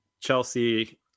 Chelsea